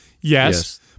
Yes